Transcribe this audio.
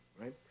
right